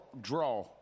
draw